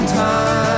time